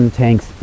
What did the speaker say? tanks